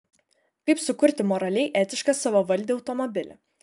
kaip sukurti moraliai etišką savavaldį automobilį